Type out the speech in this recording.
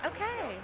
Okay